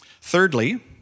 Thirdly